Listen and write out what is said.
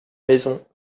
maison